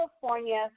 California